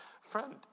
Friend